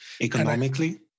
Economically